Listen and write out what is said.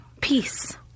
peace